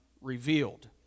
revealed